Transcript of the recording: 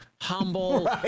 humble